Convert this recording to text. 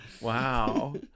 wow